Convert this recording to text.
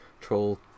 Troll